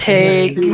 Take